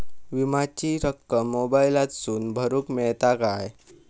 विमाची रक्कम मोबाईलातसून भरुक मेळता काय?